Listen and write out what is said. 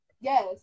Yes